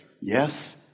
Yes